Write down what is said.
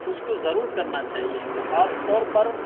اس کو ضرور کرنا چاہیے خاص طور پر